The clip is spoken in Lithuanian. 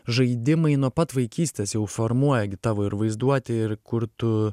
žaidimai nuo pat vaikystės jau formuoja gi tavo ir vaizduotė ir kur tu